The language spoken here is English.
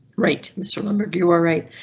right mr lambert you alright.